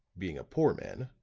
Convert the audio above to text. being a poor man,